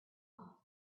off